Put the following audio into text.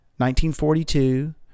1942